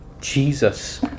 Jesus